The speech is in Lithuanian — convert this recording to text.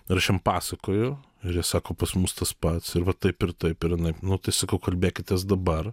ir aš jiem pasakoju ir jie sako pas mus tas pats ir va taip ir taip ir anaip nu tai sakau kalbėkitės dabar